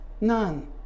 none